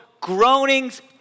groanings